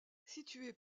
située